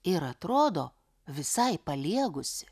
ir atrodo visai paliegusi